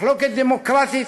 מחלוקת דמוקרטית,